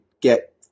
get